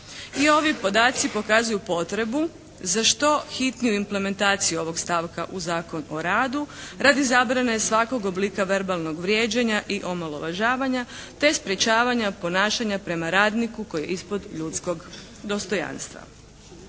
I ovi podaci pokazuju potrebu za što hitniju implementaciju ovog stavka u Zakon o radu radi zabrane svakog oblika verbalnog vrijeđanja i omalovažavanja, te sprječavanja ponašanja prema radniku koji je ispod ljudskog dostojanstva.